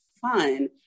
fun